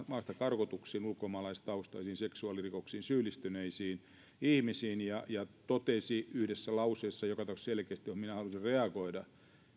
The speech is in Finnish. maastakarkotuksiin ulkomaalaistaustaisiin seksuaalirikoksiin syyllistyneisiin ihmisiin ja totesi hyvin vahvasti totesi joka tapauksessa selkeästi yhdessä lauseessa johon minä halusin reagoida